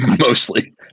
mostly